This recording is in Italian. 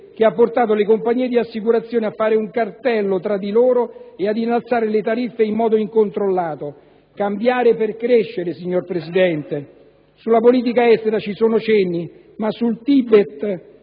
che ha portato le compagnie di assicurazioni a fare un cartello tra di loro e ad innalzare le tariffe in modo incontrollato; cambiare per crescere, signor Presidente. Sulla politica estera ci sono cenni ma sul Tibet